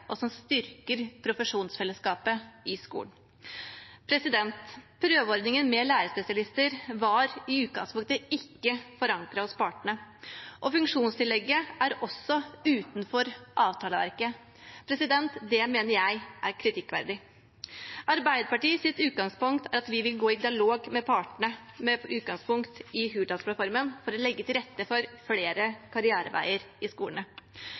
og som styrker profesjonsfellesskapet i skolen. Prøveordningen med lærerspesialister var i utgangspunktet ikke forankret hos partene, og funksjonstillegget er også utenfor avtaleverket. Det mener jeg er kritikkverdig. Arbeiderpartiets utgangspunkt er at vi vil gå i dialog med partene, med utgangspunkt i Hurdalsplattformen, for å legge til rette for flere karriereveier i skolene.